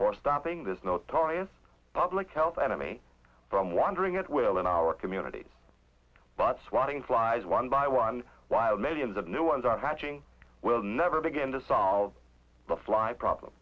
for stopping this notorious public health enemy from wandering at will in our communities but swatting flies one by one while millions of new ones are hatching we'll never begin to solve the fly problem